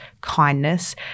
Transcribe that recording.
kindness